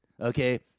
okay